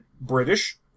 British